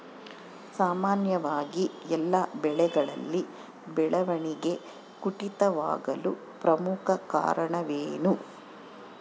ಸಾಮಾನ್ಯವಾಗಿ ಎಲ್ಲ ಬೆಳೆಗಳಲ್ಲಿ ಬೆಳವಣಿಗೆ ಕುಂಠಿತವಾಗಲು ಪ್ರಮುಖ ಕಾರಣವೇನು?